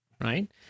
right